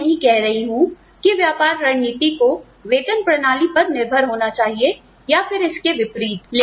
मैं यह नहीं कह रही हूं कि व्यापार रणनीति को वेतन प्रणाली पर निर्भर होना चाहिए या फिर इसके विपरीत